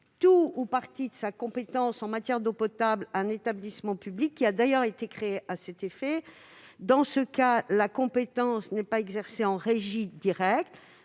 tout ou partie de sa compétence en matière d'eau potable à un établissement public créé à cet effet. Dans ce cas, la compétence n'est pas exercée en régie directe,